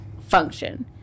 function